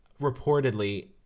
reportedly